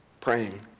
praying